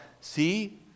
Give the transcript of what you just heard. See